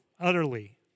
utterly